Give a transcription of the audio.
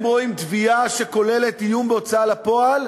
הם רואים תביעה שכוללת איום בהוצאה לפועל